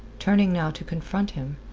turning now to confront him,